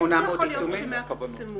איך יכול להיות שרק 100 פורסמו?